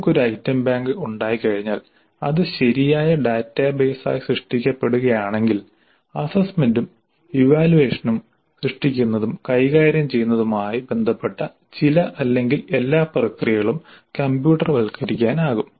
നമുക്ക് ഒരു item bank ഉണ്ടായിക്കഴിഞ്ഞാൽ അത് ശരിയായ ഡാറ്റാബേസായി സൃഷ്ടിക്കപ്പെടുകയാണെങ്കിൽ അസ്സസ്സ്മെന്റും ഇവാല്യുവേഷനും സൃഷ്ടിക്കുന്നതും കൈകാര്യം ചെയ്യുന്നതുമായി ബന്ധപ്പെട്ട ചില അല്ലെങ്കിൽ എല്ലാ പ്രക്രിയകളും കമ്പ്യൂട്ടർവത്കരിക്കാനാകും